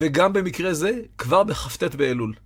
וגם במקרה זה, כבר בכ"ט באלול.